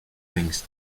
wings